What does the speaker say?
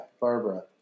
Barbara